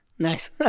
Nice